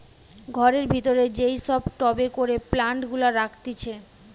ঘরের ভিতরে যেই সব টবে করে প্লান্ট গুলা রাখতিছে